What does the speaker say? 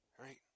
right